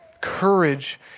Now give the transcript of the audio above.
Courage